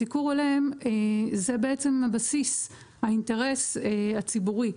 סיקור הולם זה בעצם בסיס האינטרס הציבורי.